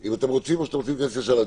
אם אתם רוצים או שאתם רוצים ישר להיכנס לדיון?